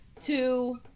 two